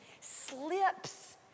slips